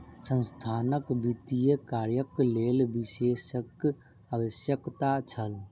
संस्थानक वित्तीय कार्यक लेल विशेषज्ञक आवश्यकता छल